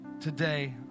Today